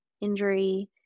injury